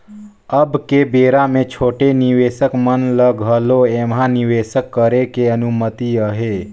अब के बेरा मे छोटे निवेसक मन ल घलो ऐम्हा निवेसक करे के अनुमति अहे